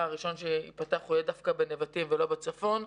הראשון שייפתח יהיה דווקא בנבטים לא בצפון.